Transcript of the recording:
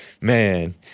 Man